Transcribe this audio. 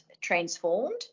transformed